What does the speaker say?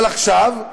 אבל עכשיו,